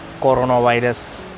coronavirus